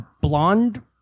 blonde